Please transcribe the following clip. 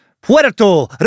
Puerto